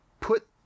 put